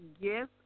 yes